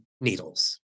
needles